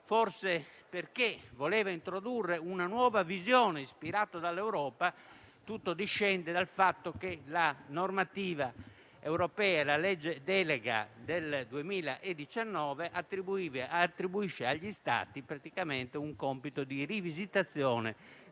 Governo voleva introdurre una nuova visione ispirata dall'Europa. Tutto discende dal fatto che la normativa europea e la legge delega del 2019 attribuiscono agli Stati un compito di rivisitazione